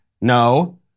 No